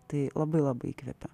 tai labai labai įkvepia